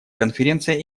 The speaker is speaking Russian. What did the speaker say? конференция